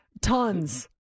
tons